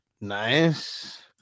Nice